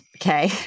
Okay